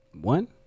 One